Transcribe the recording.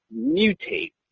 mutate